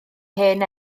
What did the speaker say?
hen